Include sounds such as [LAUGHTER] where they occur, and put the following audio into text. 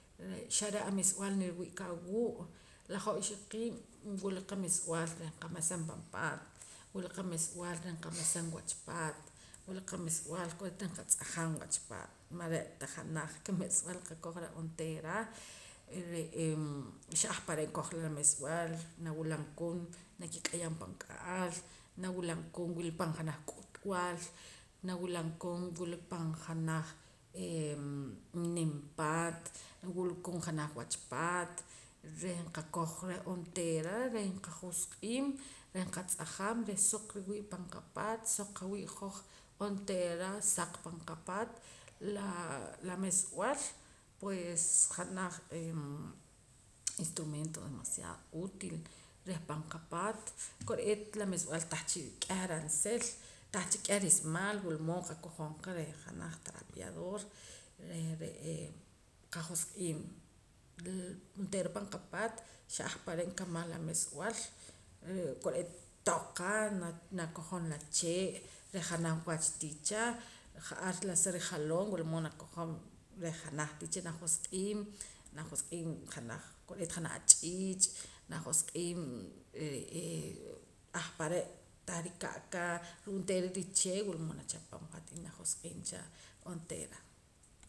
Xare' ameesb'al nriwu'ka awuu' la hoj ixoqiib' wula qamesb'aal reh qamesam pan paat wula qamesb'aal reh nqamesam [NOIESE] wach paat wula qamesb'aal kore'eet reh qatz'ajam wach paat mare'ta janaj ka' meesb'al qakoj reh onteera re'ee xa ahpare nkojra la meesb'al nawulam koon nakik'ayam pan k'a'al nawulam koon wila pan janaj k'utb'al nawulam koon wila pan janaj ee nim paat wulakoon janaj wach paat reh nqakoj reh onteera reh nqajosq'iim reh qatz'ajam reh soq riwii' pan qapaat soq qawii' hoj onteera saq pan qapaat laa la meesb'al pues janaj eem instrumento demaciado útil reh pan qapaat ko'eet la meesb'al tah cha k'eh ransil tan cha k'eh rismaal wulmood qakojom qa reh janaj trapeador reh re'ee qajosq'iib' onteera pan qapaat xah ahpare' nkamaj la meesb'al re' kore'eet toqa nakojom la chee' reh janaj wach tiicha ja'ar la si rijaloom wulmood nakojom reh janaj wach tiicha najosq'iim najosq'iim kore'eet janaj ach'iich' najosq'iim re'ee ahpare' tah rika'ka ruu' onteera richee' wulmood nachapam hat y na josq'iim cha onteera